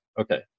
Okay